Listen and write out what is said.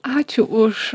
ačiū už